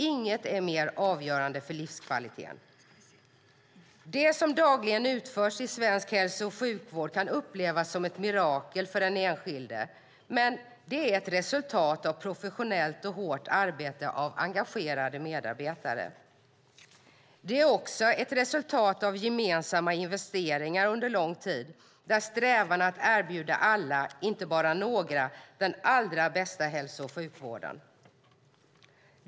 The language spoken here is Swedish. Inget är mer avgörande för livskvalitet. Det som dagligen utförs i svensk hälso och sjukvård kan upplevas som ett mirakel för den enskilde men är ett resultat av professionellt och hårt arbete av engagerade medarbetare. Det är också ett resultat av gemensamma investeringar under lång tid i en strävan att erbjuda alla, inte bara några, den allra bästa hälso och sjukvården.